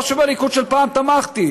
לא שבליכוד של פעם תמכתי,